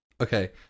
Okay